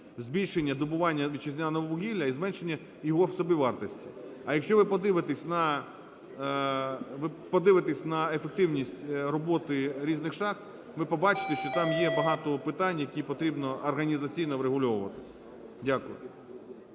збільшення добування вітчизняного вугілля і зменшення його собівартості. А якщо ви подивитесь на ефективність роботи різних шахт, ви побачите, що там є багато питань, які потрібно організаційно врегульовувати. Дякую.